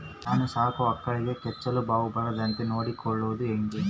ನಾನು ಸಾಕೋ ಆಕಳಿಗೆ ಕೆಚ್ಚಲುಬಾವು ಬರದಂತೆ ನೊಡ್ಕೊಳೋದು ಹೇಗೆ?